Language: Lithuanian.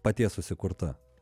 paties susikurta